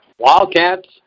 Wildcats